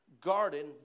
garden